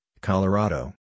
Colorado